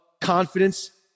confidence